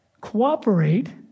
cooperate